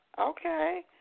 Okay